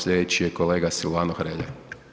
Slijedeći je kolega Silvano Hrelja.